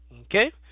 Okay